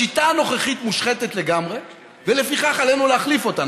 השיטה הנוכחית מושחתת לגמרי ולפיכך עלינו להחליף אותה.